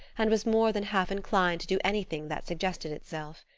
and was more than half inclined to do anything that suggested itself.